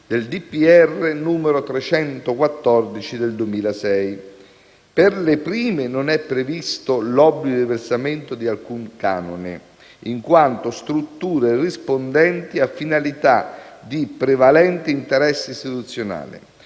n. 314 del 2006. Per le prime non è previsto l'obbligo di versamento di alcun canone, in quanto «strutture rispondenti a finalità di prevalente interesse istituzionale,